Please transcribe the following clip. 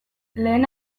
lehen